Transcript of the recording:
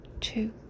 two